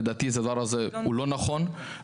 לדעתי הדבר הזה הוא לא נכון.